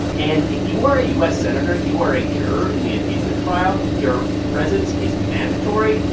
and if you are a u s. senator, you are a juror in the impeachment trial. your presence is mandatory.